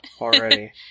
already